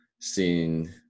seen